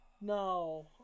No